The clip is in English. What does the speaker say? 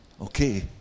Okay